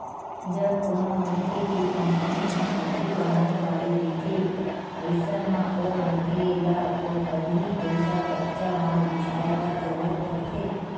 जब कोनो मनखे के कंपनी ह कुछु बनाय वाले रहिथे अइसन म ओ मनखे ल तो पहिली पइसा कच्चा माल बिसाय बर जरुरत पड़थे